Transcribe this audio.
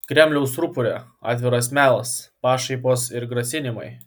kremliaus rupore atviras melas pašaipos ir grasinimai